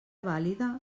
vàlida